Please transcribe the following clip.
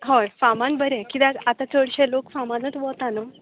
हय फार्मान बरें कित्याक आतां चड शे लोक फार्मानूच वता न्हू